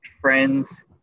friends